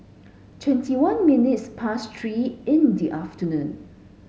twenty one minutes past three in the afternoon